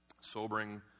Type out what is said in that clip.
sobering